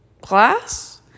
class